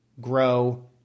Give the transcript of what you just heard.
grow